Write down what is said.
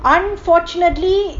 unfortunately